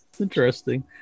interesting